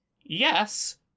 yes